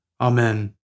Amen